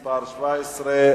(מס' 17)